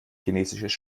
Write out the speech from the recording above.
chinesisches